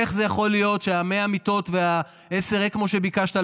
איך זה יכול להיות ש-100 המיטות והעשרה אקמו שביקשת,